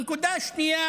הנקודה השנייה